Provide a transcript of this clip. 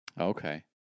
okay